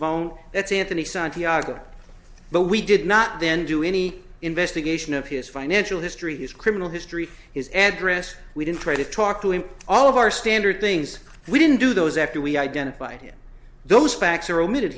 phone that's anthony santiago but we did not then do any investigation of his financial history his criminal history his address we didn't try to talk to him all of our standard things we didn't do those after we identified those facts or omitted